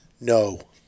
No